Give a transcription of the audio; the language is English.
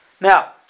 now